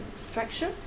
structure